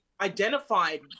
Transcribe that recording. identified